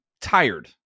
tired